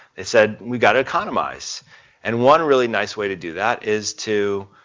they said we've got to economize and one really nice way to do that is to